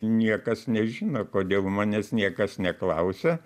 niekas nežino kodėl manęs niekas neklausia